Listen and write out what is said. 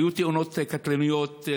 היו תאונות קטלניות,